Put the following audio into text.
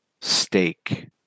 steak